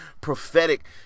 prophetic